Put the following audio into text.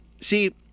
See